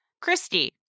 Christy